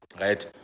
right